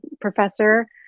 professor